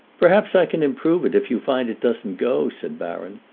perhaps i can improve it if you find it doesn't go, said baron.